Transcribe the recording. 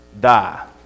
die